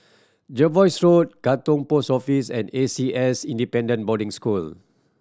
Jervois Road Katong Post Office and A C S Independent Boarding School